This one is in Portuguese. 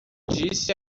disse